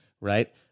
right